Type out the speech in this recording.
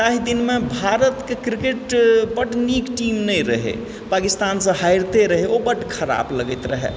ताहिदिन मे भारतके क्रिकेट बड्ड नीक टीम नहि रहै पकिस्तानसँ हारिते रहै ओ बड खराब लगैत रहय